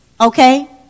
Okay